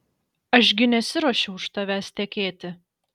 aš gi nesiruošiu už tavęs tekėti